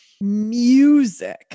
music